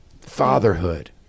fatherhood